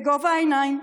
בגובה העיניים.